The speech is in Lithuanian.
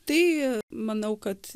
tai manau kad